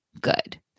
good